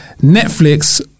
Netflix